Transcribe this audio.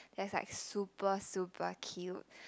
that's like super super cute